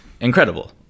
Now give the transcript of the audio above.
incredible